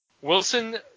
Wilson